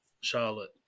Charlotte